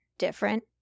different